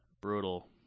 Brutal